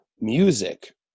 music